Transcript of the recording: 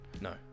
No